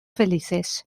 felices